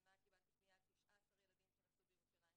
השנה קיבלתי פנייה על 19 ילדים שנסעו בירושלים.